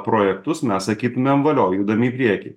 projektus mes sakytumėm valio judam į priekį